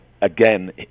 again